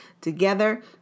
together